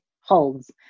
holds